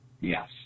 Yes